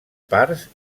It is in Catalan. parts